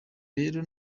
rero